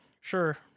sure